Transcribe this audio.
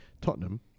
Tottenham